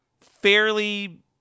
fairly